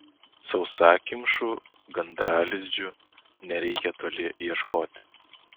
sausakimšų gandralizdžių nereikia toli ieškoti